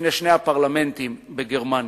בפני שני הפרלמנטים בגרמניה,